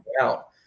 out